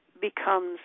becomes